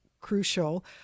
crucial